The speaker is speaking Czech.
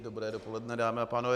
Dobré dopoledne, dámy a pánové.